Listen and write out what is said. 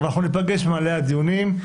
ניפגש במעלה הדיונים.